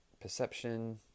Perception